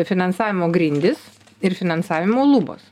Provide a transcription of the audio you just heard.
finansavimo grindys ir finansavimo lubos